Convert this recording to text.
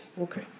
Okay